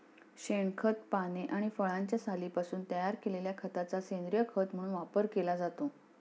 शेणखत, पाने आणि फळांच्या सालींपासून तयार केलेल्या खताचा सेंद्रीय खत म्हणून वापर केला जातो